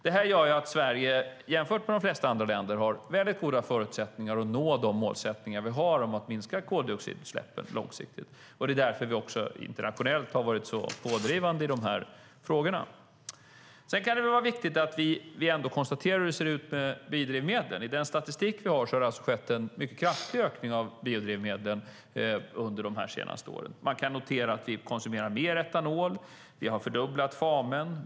Det gör att Sverige jämfört med de flesta andra länder har goda förutsättningar att nå de målsättningar som vi har om att minska koldioxidutsläppen långsiktigt. Det är också därför vi har varit så pådrivande internationellt i de här frågorna. Det kan vara viktigt att konstatera hur det ser ut med biodrivmedlen. Enligt statistiken har det skett en mycket kraftig ökning av biodrivmedlen under de senaste åren. Man kan notera att vi konsumerar mer etanol och har en fördubbling för FAME.